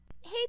Hey